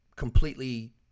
completely